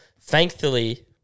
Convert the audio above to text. Thankfully